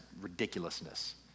ridiculousness